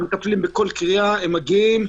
הם מגיעים בכל קריאה ומטפלים.